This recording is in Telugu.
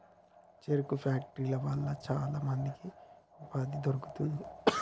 చెరుకు ఫ్యాక్టరీల వల్ల చాల మందికి ఉపాధి దొరుకుతాంది